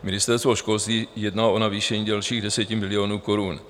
Ministerstvo školství jedná o navýšení o dalších 10 milionů korun.